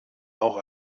auch